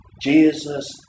Jesus